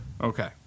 Okay